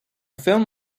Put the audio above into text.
film